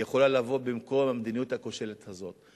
יכולה לבוא במקום המדיניות הכושלת הזאת.